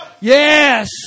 Yes